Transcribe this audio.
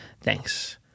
Thanks